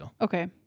Okay